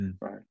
right